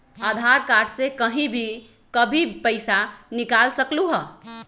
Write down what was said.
आधार card से कहीं भी कभी पईसा निकाल सकलहु ह?